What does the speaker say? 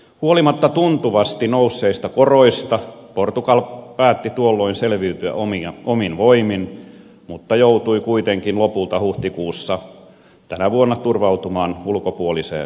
huolimatta tuntuvasti nousseista koroista portugali päätti tuolloin selviytyä omin voimin mutta joutui kuitenkin lopulta huhtikuussa tänä vuonna turvautumaan ulkopuoliseen tukeen